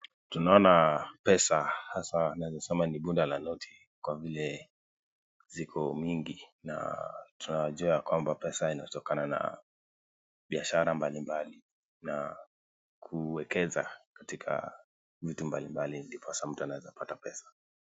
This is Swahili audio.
Tunaona pesa hasa tunaeza sema ni buda la noti kwa vile ziko mingi na tunajua ya kwamba pesa inatokana na biashara mbalimbali na kuwekeza katika vitu mbalimbali ndiposa mtu anaweza pata pesa.